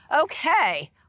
Okay